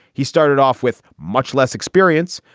he started off with much less experience,